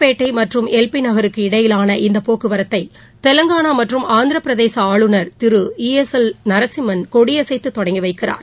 பேட்டைமற்றும் L பிநகருக்கு இடையிலான இந்தபோக்குவரத்தைதெலுங்கானாமற்றம் அமீர் ஆந்திரபிரதேசஆளுநர் திருஈ எஸ் எல் நரசிம்மன் கொடியசைத்துதொடங்கிவைக்கிறார்